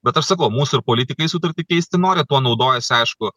bet aš sakau mūsų ir politikai sutartį keisti nori tuo naudojasi aišku